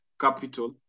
capital